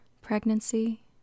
pregnancy